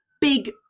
big